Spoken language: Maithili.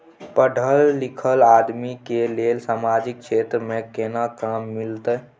पढल लीखल आदमी के लेल सामाजिक क्षेत्र में केना काम मिलते?